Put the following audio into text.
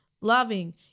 loving